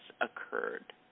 occurred